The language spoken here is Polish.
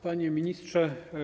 Panie Ministrze!